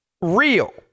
real